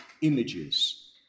images